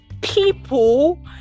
people